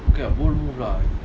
okay ah bold move lah